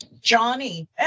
Johnny